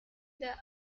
the